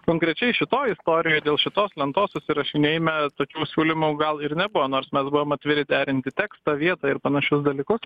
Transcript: konkrečiai šitoj istorijoj dėl šitos lentos susirašinėjime tokių siūlymų gal ir nebuvo nors mes buvom atviri derinti tekstą vietą ir panašius dalykus